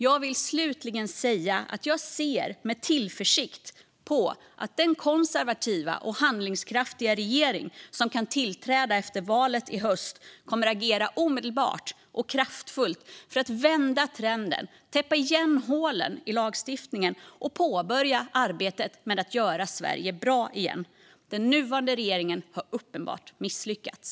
Jag vill slutligen säga att jag ser med tillförsikt på att den konservativa och handlingskraftiga regering som kan tillträda efter valet i höst kommer att agera omedelbart och kraftfullt för att vända trenden, täppa igen hålen i lagstiftningen och påbörja arbetet med att göra Sverige bra igen. Den nuvarande regeringen har uppenbart misslyckats.